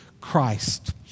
Christ